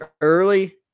early